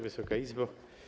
Wysoka Izbo!